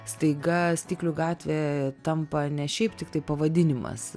staiga stiklių gatvė tampa ne šiaip tiktai pavadinimas